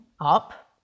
up